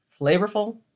flavorful